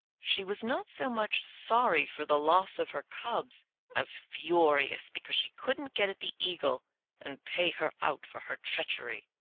she was not so much sorry for the loss of her cubs as furious because she couldn't get at the eagle and pay her out for her treachery.